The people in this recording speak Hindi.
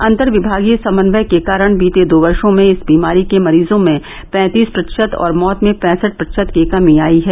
अन्तर्विभागीय समन्वय के कारण बीते दो वर्शो में इस बीमारी के मरीजों में पैंतीस प्रतिषत और मौत में पैंसठ प्रतिषत की कमी आयी है